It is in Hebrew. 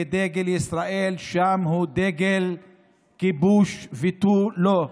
ודגל ישראל שם הוא דגל כיבוש ותו לא.